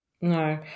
No